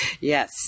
Yes